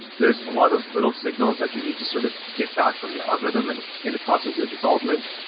there are a lot of little signals that you need to sort of get back from your algorithm and in the process of development.